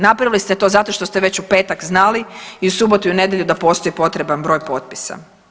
Napravili ste to zato što ste već u petak znali i u subotu i u nedjelju da postoji potreban broj potpisa.